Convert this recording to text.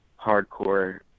hardcore